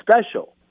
special